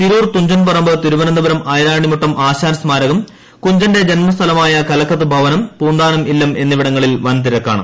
തിരൂർ തുഞ്ചൻപറമ്പ് തിരുവനന്തപുരം ഐരാണിമുട്ടം ആശാൻ സ്മാരകം കുഞ്ചന്റെ ജന്മസ്ഥലമായ കലക്കത്ത് ഭവനം പൂന്താനം ഇല്ലം എന്നിവിടങ്ങളിൽ വൻതിരക്കാണ്